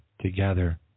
together